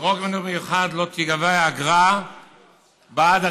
לא תיגבה אגרה בעד,